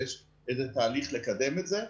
ויש איזה תהליך לקדם את זה.